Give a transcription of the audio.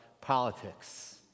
politics